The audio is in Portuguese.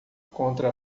contra